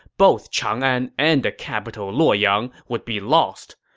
both chang'an and the capital luoyang would be lost!